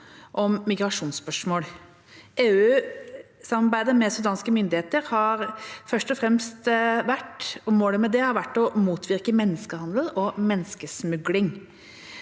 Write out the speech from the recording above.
om migrasjonsspørsmål. Målet med EU-samarbeidet med sudanske myndigheter har først og fremst vært å motvirke menneskehandel og menneskesmugling.